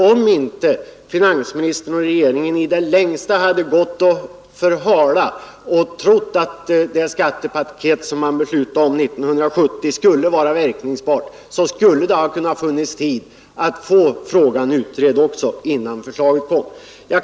Om inte finansministern och regeringen i det längsta hade förhalat frågan i tron att skattepaketet från 1970 skulle vara verkningsfullt, hade det funnits tid att få frågan utredd innan förslaget framlades.